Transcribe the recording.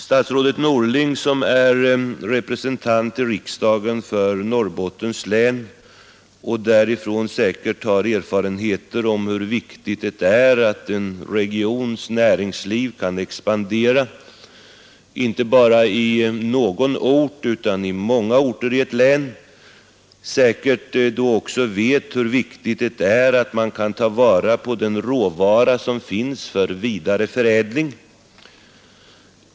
Statsrådet Norling, som är representant i riksdagen för Norrbottens län och därifrån säkert har erfarenheter av hur viktigt det är att en regions näringsliv kan expandera, inte bara i någon ort utan i många orter i ett län, vet säkert också hur viktigt det är att man kan ta vara på den råvara som finns för vidare förädling.